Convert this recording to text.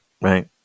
Right